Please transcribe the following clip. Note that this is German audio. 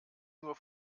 nur